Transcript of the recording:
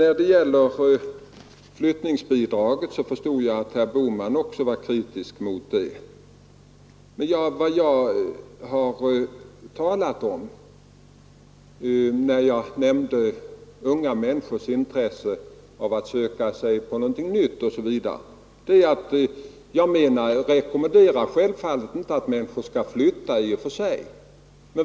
Jag förstod att även herr Bohman var kritisk mot flyttningsbidraget. När jag nämnde unga människors intresse att söka sig till något nytt, var det självfallet inte i och för sig en rekommendation att flytta.